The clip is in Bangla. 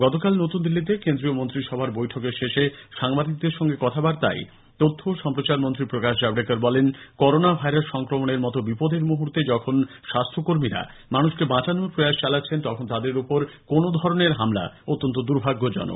গতকাল নতুন দিল্লিতে কেন্দ্রীয় মন্ত্রিসভার বৈঠকের শেষে সাংবাদিকদের সঙ্গে কথাবার্তায় তথ্য ও সম্প্রচার মন্ত্রী প্রকাশ জাভড়েকর বলেন করোনা ভাইরাস সংক্রমণের মতো বিপদের মুহুর্তে যখন স্বাস্থ্যকর্মীরা মানুষকে বাঁচানোর প্রয়াস চালাচ্ছেন তখন তাদের উপর কোন ধরনের হামলা অত্যন্ত দূর্ভাগ্যজনক